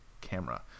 camera